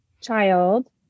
child